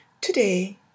Today